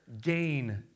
gain